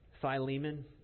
Philemon